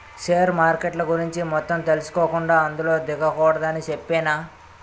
share మార్కెట్ల గురించి మొత్తం తెలుసుకోకుండా అందులో దిగకూడదని చెప్పేనా